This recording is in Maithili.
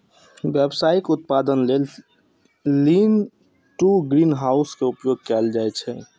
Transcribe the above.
व्यावसायिक उत्पादन लेल लीन टु ग्रीनहाउस के उपयोग कैल जाइ छै